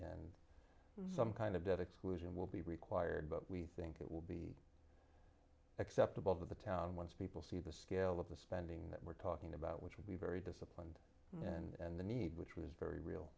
some kind of debt exclusion will be required but we think it will be acceptable to the town once people see the scale of the spending that we're talking about which will be very disciplined and the need which was very real